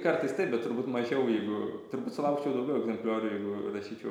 kartais taip bet turbūt mažiau jeigu turbūt sulaukčiau daugiau egzempliorių jeigu rašyčiau